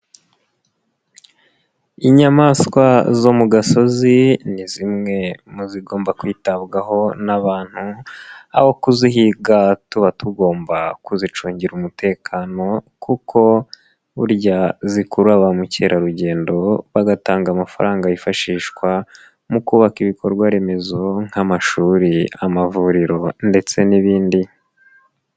Inyamaswa zo mu gasozi ni zimwe mu zigomba kwitabwaho n'abantu, aho kuzihiga tuba tugomba kuzicungira umutekano kuko burya zikurura ba mukerarugendo, bagatanga amafaranga yifashishwa mu kubaka ibikorwaremezo nk'amashuri, amavuriro ndetse n'ibindi.